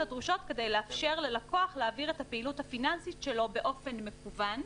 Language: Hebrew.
הדרושות כדי לאפשר ללקוח להעביר את הפעילות הפיננסית שלו באופן מקוון,